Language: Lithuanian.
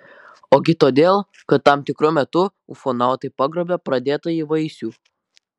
ogi todėl kad tam tikru metu ufonautai pagrobia pradėtąjį vaisių